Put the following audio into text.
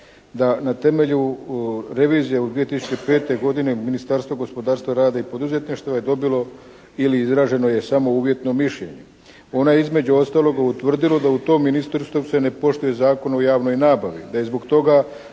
da na temelju revizije od 2005. godine Ministarstvo gospodarstva rada i poduzetništva je dobilo ili izraženo je samo uvjetno mišljenje. Ono je između ostalog utvrdilo da u tom ministarstvu se ne poštuje Zakon o javnoj nabavi. Da je zbog toga